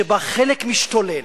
שבה חלק משתולל,